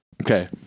Okay